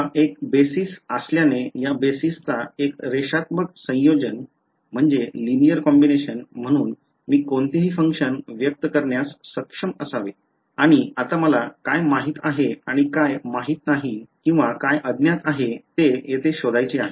हा एक basis असल्याने या basis चा एक रेषात्मक संयोजन म्हणून मी कोणतेही function व्यक्त करण्यास सक्षम असावे आणि आता मला काय माहित आहे आणि काय अज्ञात आहे ते येथे शोधायचे आहे